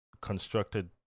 constructed